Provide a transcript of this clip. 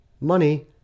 Money